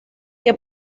que